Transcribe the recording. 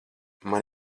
man